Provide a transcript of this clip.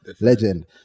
legend